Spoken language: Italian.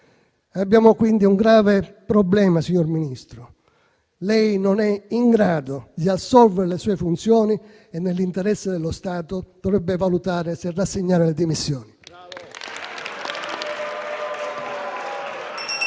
Abbiamo quindi un grave problema, signor Ministro: lei non è in grado di assolvere le sue funzioni e, nell'interesse dello Stato, dovrebbe valutare se rassegnare le dimissioni.